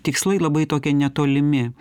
tikslai labai tokie netolimi